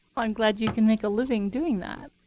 i'm glad you can make a living doing that.